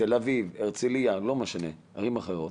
תל אביב, הרצליה, ערים אחרות,